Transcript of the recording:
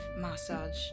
massage